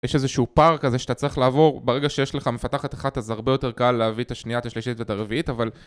יש איזשהו פארק כזה שאתה צריך לעבור ברגע שיש לך מפתחת אחת אז הרבה יותר קל להביא את השניית, השלישית ואת הרביעית